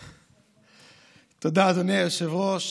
תודה, אדוני היושב-ראש.